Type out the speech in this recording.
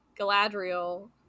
Galadriel